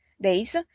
days